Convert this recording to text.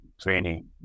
training